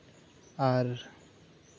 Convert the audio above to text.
ᱟᱨ